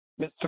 Mr